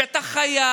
כשאתה חייל,